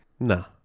No